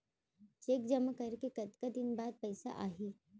Cheque जेमा करें के कतका दिन बाद पइसा आप ही?